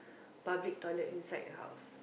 public toilet inside the house